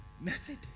method